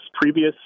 previous